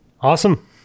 Awesome